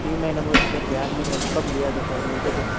तीन महीने बोले तो सर ध्यान नहीं है कब लिया था सर मेरे को तो